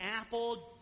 apple